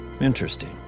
Interesting